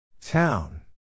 town